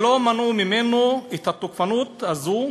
שלא מנעו ממנו את התוקפנות הזאת.